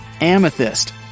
Amethyst